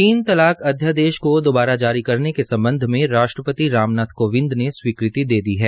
तीन तलाक अध्यादेश को दोबारा जारी करने के सम्बध में राष्ट्रपति राम नाथ कोविंद ने स्वीकृति दे दी है